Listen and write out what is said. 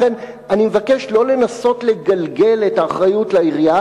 לכן אני מבקש לא לנסות לגלגל את האחריות לעירייה